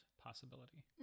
possibility